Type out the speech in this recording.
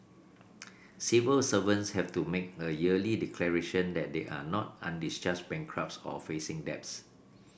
civil servants have to make a yearly declaration that they are not undischarged bankrupts or facing debts